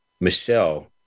Michelle